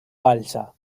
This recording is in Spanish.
balsa